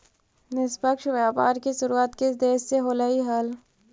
निष्पक्ष व्यापार की शुरुआत किस देश से होलई हल